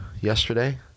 yesterday